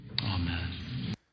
Amen